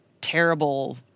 terrible